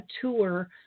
tour